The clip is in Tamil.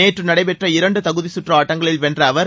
நேற்று நடைபெற்ற இரண்டு தகுதி கற்று ஆட்டங்களில் வென்ற அவர்